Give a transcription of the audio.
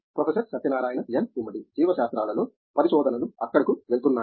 professor Satyanarayana N Gummadi జీవ శాస్త్రాలలో పరిశోధనలు అక్కడకు వెళ్తున్నాయి